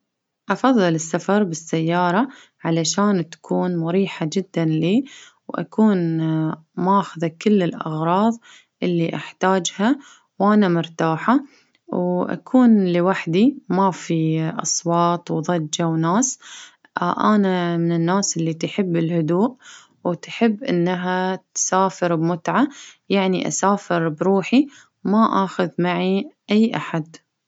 أفظل السفر بالسيارة علشان تكون مريحة جدا لي ،وأكون ماخذة كل الأغراظ اللي أحتاجها، وأنا مرتاحة وأكون لوحدي ،ما في أصوات وظجة وناس، أنا من الناس اللي تحب الهدوء، وتحب إنها تسافر بمتعة ، يعني أسافر بروحي ، ما آخذ معي أي أحد.